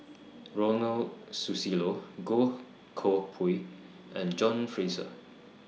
Ronald Susilo Goh Koh Pui and John Fraser